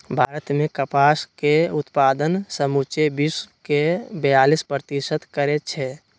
भारत मे कपास के उत्पादन समुचे विश्वके बेयालीस प्रतिशत करै छै